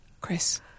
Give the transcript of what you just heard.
Chris